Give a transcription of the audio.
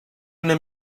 una